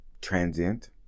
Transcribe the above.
transient